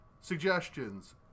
Suggestions